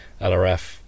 LRF